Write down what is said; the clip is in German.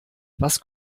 was